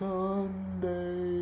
Sunday